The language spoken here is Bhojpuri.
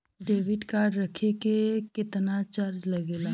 डेबिट कार्ड रखे के केतना चार्ज लगेला?